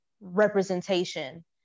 representation